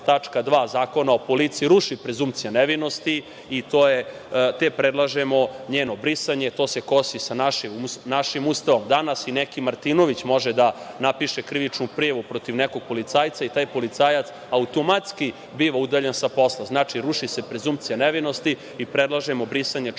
Zakona o policiji ruši prezumpcija nevinosti, te predlažemo njeno brisanje. To se kosi sa našim Ustavom. Danas i neki Martinović može da napiše krivičnu prijavu protiv nekog policajca i taj policajac automatski biva udaljen sa posla, znači, ruši se prezumpcija nevinosti. Predlažemo brisanje člana